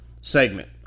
segment